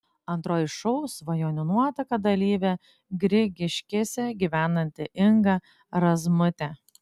antroji šou svajonių nuotaka dalyvė grigiškėse gyvenanti inga razmutė